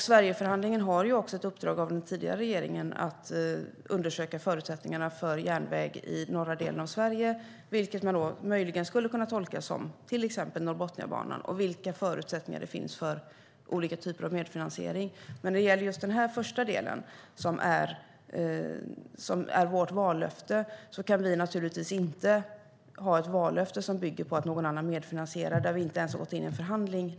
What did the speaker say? Sverigeförhandlingen har också ett uppdrag av den tidigare regeringen att undersöka förutsättningarna för järnväg i norra delen av Sverige, vilket man möjligen skulle kunna tolka som till exempel Norrbotniabanan, och vilka förutsättningar det finns för olika typer av medfinansiering. Men när det gäller just den första delen, som är vårt vallöfte, kan vi naturligtvis inte ha ett vallöfte som bygger på att någon annan medfinansierar där vi nu inte ens har gått in i en förhandling.